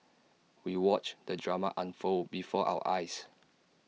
we watched the drama unfold before our eyes